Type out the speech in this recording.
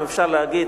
אם אפשר להגיד,